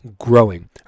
growing